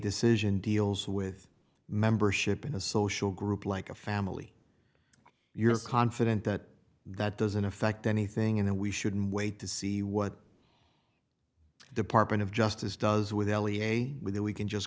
decision deals with membership in a social group like a family you're confident that that doesn't affect anything in that we should wait to see what department of justice does with l e a with that we can just